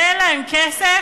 אין להם כסף,